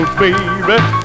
Baby